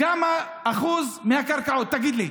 כמה אחוז מהקרקעות, תגיד לי?